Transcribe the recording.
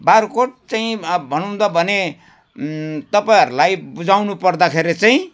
बाग्राकोट चाहिँ अब भनौँ त भने तपाईँहरूलाई बुझाउनु पर्दाखेरि चाहिँ